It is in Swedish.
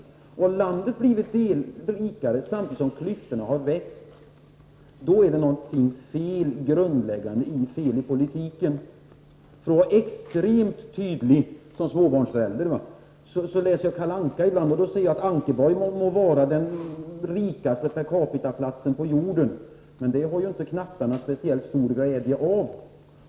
Men när landet har blivit rikare samtidigt som klyftorna har växt, då är det något grundläggande fel i politiken. Jag skall, som den småbarnsförälder jag är, vara extremt tydlig. Jag läser ibland Kalle Anka. Och jag ser där att Ankeborg må vara den per capita rikaste platsen på jorden, men detta har ju inte knattarna speciellt stor glädje av.